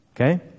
Okay